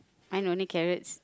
mine only carrots